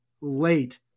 Late